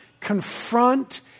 confront